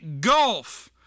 gulf